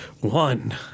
One